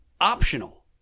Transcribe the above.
optional